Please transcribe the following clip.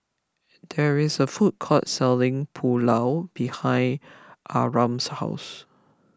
there is a food court selling Pulao behind Abram's house